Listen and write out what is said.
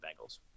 Bengals